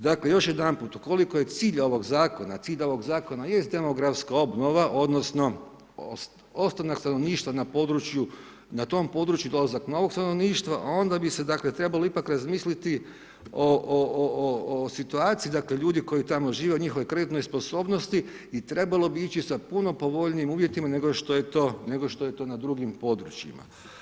Dakle, još jedanput, ukoliko je cilj ovog zakona, cilj ovog zakona je demografska obnova odnosno ostanak stanovništva na tom području, dolazak novog stanovništva, onda bi si trebali ipak razmisliti o situaciji, dakle ljudi koji tamo žive, o njihovoj kreditnoj sposobnosti i trebalo bi ići sa puno povoljnijim uvjetima, nego što je to na drugim područjima.